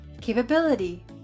Capability